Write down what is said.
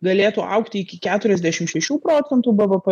galėtų augti iki keturiasdešimt šešių procentų bvp